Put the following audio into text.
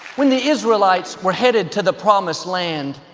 when the israelites were headed to the promised land,